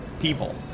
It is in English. people